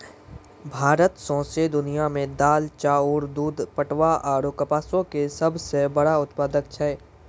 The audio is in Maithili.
भारत सौंसे दुनिया मे दाल, चाउर, दूध, पटवा आरु कपासो के सभ से बड़का उत्पादक छै